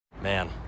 Man